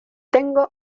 tengo